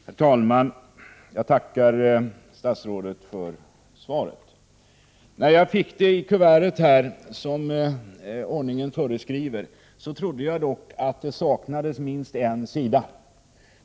Herr talman! Jag tackar statsrådet för svaret. När jag som ordningen föreskriver fick det skrivna svaret i kuvertet trodde jag att det saknades minst en sida.